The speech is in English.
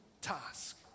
task